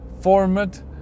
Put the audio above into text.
format